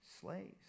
slaves